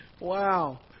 Wow